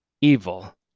evil